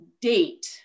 date